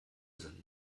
sind